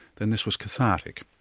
then this was cathartic.